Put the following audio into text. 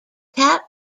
kept